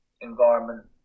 environment